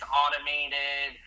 automated